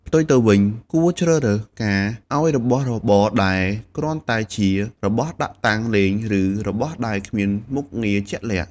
ផ្ទុយទៅវិញ គួរជៀសវាងការឱ្យរបស់របរដែលគ្រាន់តែជា របស់ដាក់តាំងលេង ឬ របស់ដែលគ្មានមុខងារជាក់លាក់។